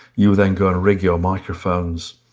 you then go and rig your microphones